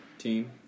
Team